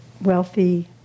wealthy